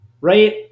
Right